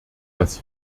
dass